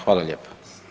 Hvala lijepa.